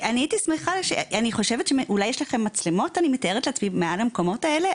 אולי יש לכם מצלמות מעל המקומות האלה?